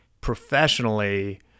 professionally